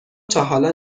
تاحالا